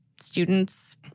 students